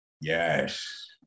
Yes